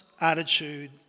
attitude